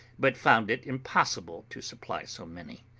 but found it impossible to supply so many.